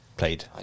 played